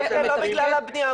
זה לא בגלל הבנייה,